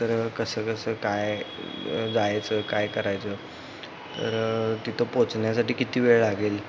तर कसं कसं काय जायचं काय करायचं तर तिथं पोचण्यासाठी किती वेळ लागेल